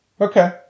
okay